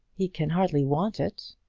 he can hardly want it.